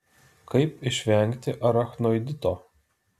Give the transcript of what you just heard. kaip išvengti arachnoidito